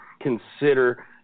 consider